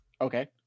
Okay